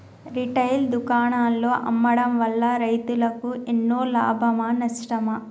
Retail దుకాణాల్లో అమ్మడం వల్ల రైతులకు ఎన్నో లాభమా నష్టమా?